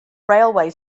railway